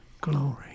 Glory